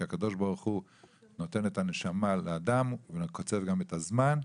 כי הקדוש ברוך הוא נותן את הנשמה לאדם וקוצב גם את הזמן,